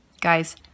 guys